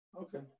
Okay